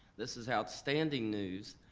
this is outstanding news.